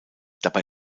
dabei